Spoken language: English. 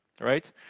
right